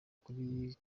kuri